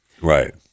Right